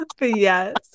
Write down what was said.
yes